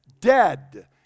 dead